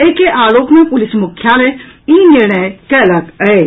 एहि के आलोक मे पुलिस मुख्यालय ई निर्णय कयलक अछि